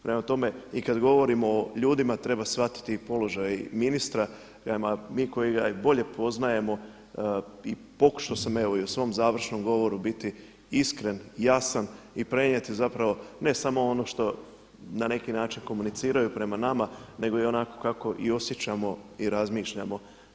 Prema tome i kada govorimo o ljudima treba shvatiti i položaj ministra, mi koji ga bolje poznajemo i pokušao sam i u svom završnom govoru biti iskren, jasan i prenijeti ne samo ono što na neki način komuniciraju prema nama nego onako kako i osjećamo i razmišljamo.